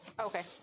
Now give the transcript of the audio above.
Okay